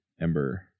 Ember